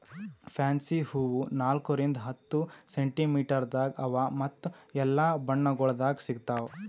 fancy ಹೂವು ನಾಲ್ಕು ರಿಂದ್ ಹತ್ತು ಸೆಂಟಿಮೀಟರದಾಗ್ ಅವಾ ಮತ್ತ ಎಲ್ಲಾ ಬಣ್ಣಗೊಳ್ದಾಗ್ ಸಿಗತಾವ್